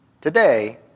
today